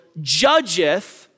judgeth